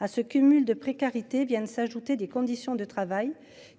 à ce cumul de précarité viennent s'ajouter des conditions de travail